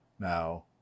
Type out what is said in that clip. Now